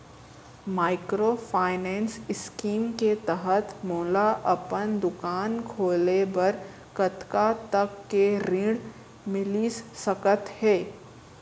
Microfinance scheme के तहत मोला अपन दुकान खोले बर कतना तक के ऋण मिलिस सकत हे?